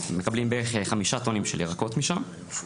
מקבלים בערך חמישה טונים של ירקות משם.